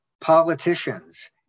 politicians